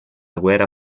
guerra